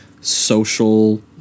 social